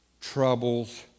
troubles